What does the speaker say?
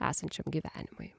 esančiam gyvenimui